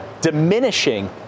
diminishing